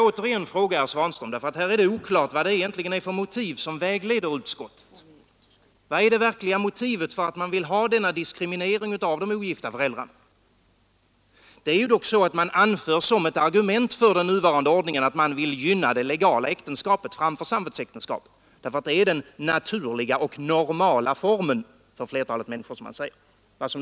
Eftersom det alltjämt är oklart vad det egentligen är för motiv som vägleder utskottet vill jag än en gång fråga herr Svanström: Vad är det verkliga motivet för den diskriminering av de ogifta föräldrarna som man här vill åstadkomma? Man anför ju som ett argument för den nuvarande ordningen att man vill gynna de legala äktenskapen framför samvetsäktenskapen. Det är den naturliga och normala familjen för flertalet människor, sade herr Svanström.